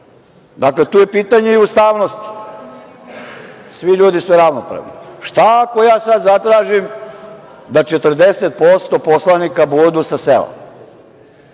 sad? Dakle, tu je pitanje i ustavnosti. Svi ljudi su ravnopravni. Šta, ako ja sada zatražim da 40% poslanika budu sa sela,